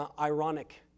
ironic